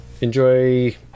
enjoy